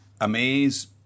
amaze